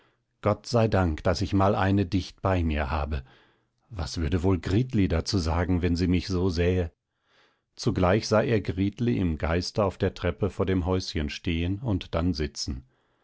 gott sei dank daß ich mal eine dicht bei mir habe was würde wohl gritli dazu sagen wenn sie mich so sähe zugleich sah er gritli im geiste auf der treppe vor dem häuschen stehen und dann sitzen